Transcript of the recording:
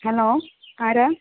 hello ആരാ